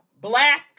Black